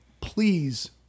please